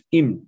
im